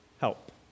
help